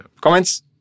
Comments